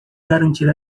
garantir